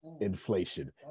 Inflation